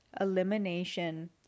elimination